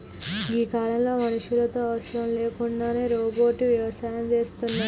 గీ కాలంలో మనుషులతో అవసరం లేకుండానే రోబోట్లు వ్యవసాయం సేస్తున్నాయి